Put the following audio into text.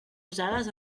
usades